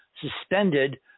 suspended